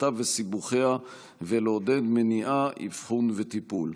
תפוצתה וסיבוכיה ולעודד מניעה, אבחון וטיפול.